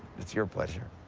it's your pleasure.